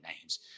names